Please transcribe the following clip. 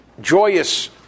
joyous